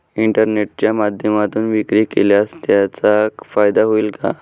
इंटरनेटच्या माध्यमातून विक्री केल्यास त्याचा फायदा होईल का?